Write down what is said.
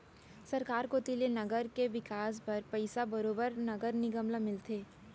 सरकार कोती ले नगर के बिकास बर पइसा बरोबर नगर निगम ल मिलथे